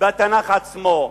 בתנ"ך עצמו.